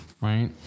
right